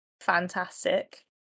fantastic